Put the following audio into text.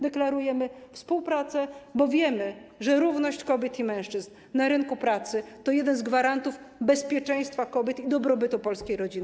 Deklarujemy współpracę, bo wiemy, że równość kobiet i mężczyzn na rynku pracy to jeden z gwarantów bezpieczeństwa kobiet i dobrobytu polskiej rodziny.